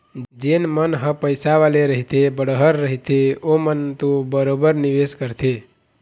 जेन मन ह पइसा वाले रहिथे बड़हर रहिथे ओमन तो बरोबर निवेस करथे